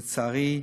לצערי,